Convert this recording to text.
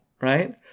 right